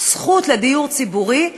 זכות לדיור ציבורי,